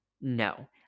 No